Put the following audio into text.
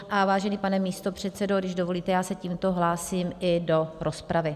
A vážený pane místopředsedo, když dovolíte, já se tímto hlásím i do rozpravy.